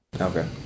Okay